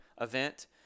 event